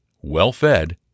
well-fed